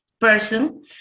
person